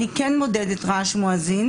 אבל אני כן מודדת רעש של מואזין,